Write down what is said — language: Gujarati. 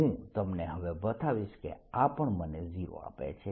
હું તમને હવે બતાવીશ કે આ પણ મને 0 આપે છે